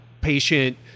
patient